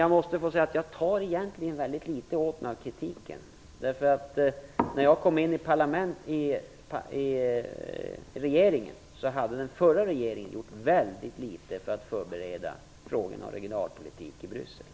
Jag tar egentligen åt mig väldigt litet av kritiken, därför att när jag kom in i regeringen hade den förra regeringen gjort väldigt litet för att förbereda frågorna om regionalpolitiken i